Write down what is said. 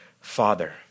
Father